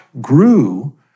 grew